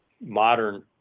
modern